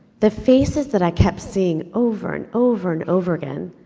the faces that i kept seeing over, and over, and over again,